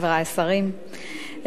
חברי השרים,